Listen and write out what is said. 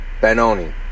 Benoni